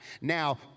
Now